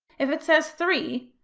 if it says three,